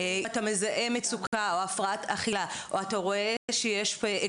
האם תתעלם או לא תתעלם?